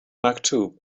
maktub